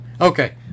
Okay